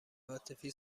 عاطفی